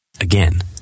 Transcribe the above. Again